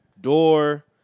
Door